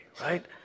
right